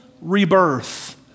rebirth